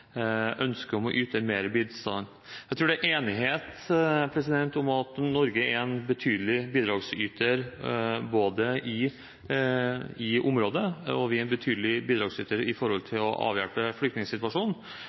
ønsket om å yte mer bistand. Jeg tror det er enighet om at Norge er en betydelig bidragsyter, både i området og når det gjelder å avhjelpe flyktningsituasjonen. Så har vi noen hjemlige diskusjoner om nivået er